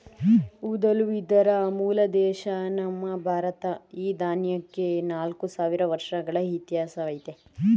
ಊದಲು ಇದರ ಮೂಲ ದೇಶ ನಮ್ಮ ಭಾರತ ಈ ದಾನ್ಯಕ್ಕೆ ನಾಲ್ಕು ಸಾವಿರ ವರ್ಷಗಳ ಇತಿಹಾಸವಯ್ತೆ